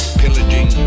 pillaging